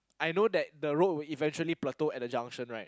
I know that the road will eventually plateau at junction right